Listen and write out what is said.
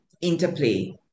interplay